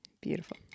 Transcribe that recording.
Beautiful